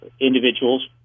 individuals